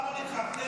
אבל למה לחרטט?